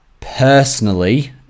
personally